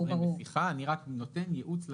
בשיחה אני רק נותן ייעוץ לוועדה.